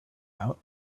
out